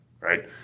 right